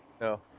No